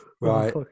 Right